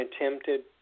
attempted